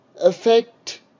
affect